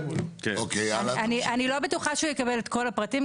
אני לא בטוחה שהוא יקבל את כל הפרטים,